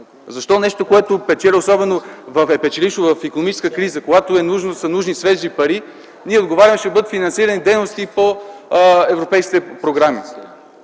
Защо нещо, което печели, особено е печелившо в икономическа криза, когато са нужни свежи пари, ние отговаряме: ще бъдат финансирани дейности по европейските програми,